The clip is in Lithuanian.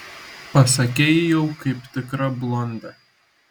pasakei jau kaip tikra blondė